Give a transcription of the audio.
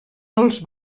els